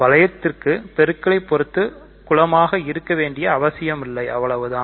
வளையத்திற்கு பொருக்கலை பொருத்து குலமாக இருக்க வேண்டிய அவசியமில்லை இவ்வளவுதான்